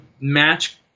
match